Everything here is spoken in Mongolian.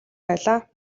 байлаа